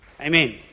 amen